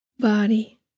body